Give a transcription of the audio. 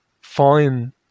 fine